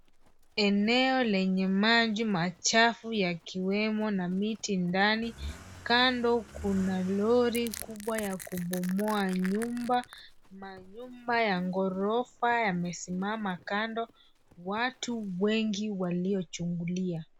Eneo lenye maji machafu yakiwemo na miti ndani. Kando kuna lori kubwa ya kubomoa nyumba. Manyumba ya ghorofa yamesimama kando. Watu wengi waliochungulia.